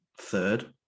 third